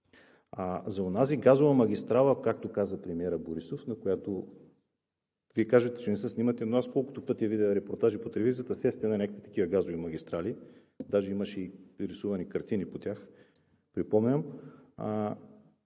за онази газова магистрала, както каза премиерът Борисов, на която Вие казвате, че не се снимате, но аз колкото пъти видя репортажи по телевизията, все сте на такива газови магистрали, даже имаше и рисувани картини по тях, припомням.